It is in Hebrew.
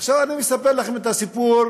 עכשיו אני מספר לכם את הסיפור,